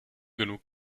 genug